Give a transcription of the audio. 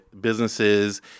businesses